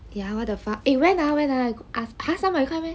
ya what the fuck eh when ah when ah